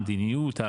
המדיניות,